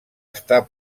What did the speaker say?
estar